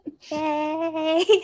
Yay